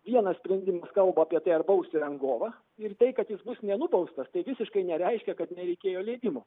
vienas sprendimų kalba apie tai ar bausti rangovą ir tai kad jis bus nenubaustas tai visiškai nereiškia kad nereikėjo leidimo